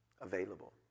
available